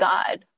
God